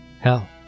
Hell